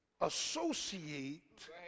associate